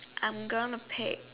I am gonna pick